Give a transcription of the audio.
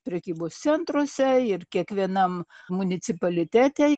prekybos centruose ir kiekvienam municipalitete